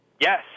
Yes